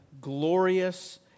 glorious